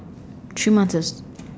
three months